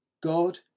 God